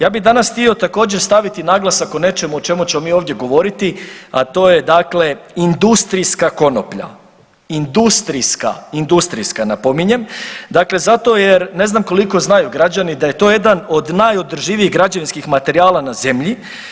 Ja bi danas htio također staviti naglasak o nečemu o čemu ćemo mi ovdje govoriti, a to je dakle industrijska konoplja, industrijska, industrijska napominjem dakle zato jer ne znam koliko znaju građani da je to jedan od najodrživijih građevinskih materijala na zemlji.